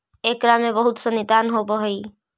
एकरा में बहुत सनी दान होवऽ हइ